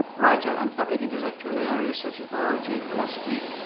writer and public intellectual, in areas such as biology, philosophy,